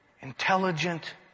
intelligent